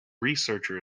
researcher